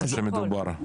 מה שמדובר?